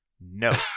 no